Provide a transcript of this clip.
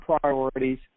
priorities